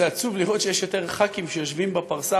עצוב לראות שיש יותר חברי כנסת שיושבים בפרסה